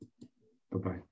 Bye-bye